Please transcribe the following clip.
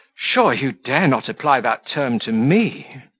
sure you dare not apply that term to me?